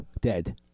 dead